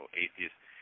atheist